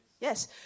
Yes